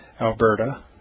Alberta